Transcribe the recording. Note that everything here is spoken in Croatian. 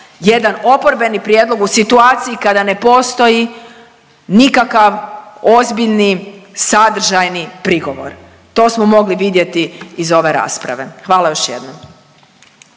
jedan oporbeni prijedlog u situaciji kada ne postoji nikakav ozbiljni, sadržajni prigovor. To smo mogli vidjeti iz ove rasprave. Hvala još jednom.